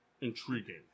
intriguing